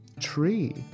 tree